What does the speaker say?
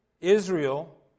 Israel